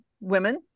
women